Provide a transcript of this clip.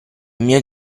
mio